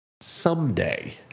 someday